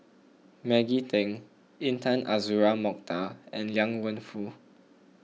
Maggie Teng Intan Azura Mokhtar and Liang Wenfu